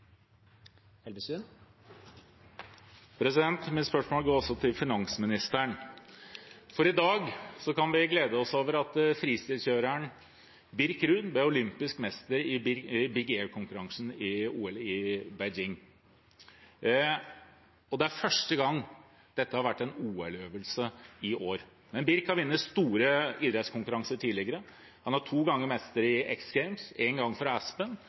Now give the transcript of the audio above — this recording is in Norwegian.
Mitt spørsmål går til finansministeren. I dag kan vi glede oss over at freestylekjøreren Birk Ruud ble olympisk mester i Big Air-konkurransen i OL i Beijing. I år er første gang det er en OL-øvelse. Birk Ruud har vunnet store idrettskonkurranser tidligere. Han er to ganger mester i X Games, en gang i Aspen